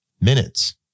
minutes